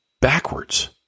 backwards